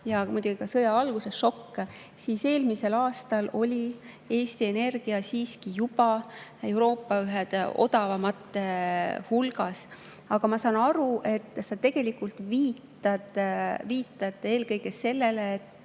ja muidugi ka sõja alguse šokk –, oli eelmisel aastal Eestis energia siiski juba Euroopa odavamate hulgas. Aga ma saan aru, et sa viitad eelkõige sellele,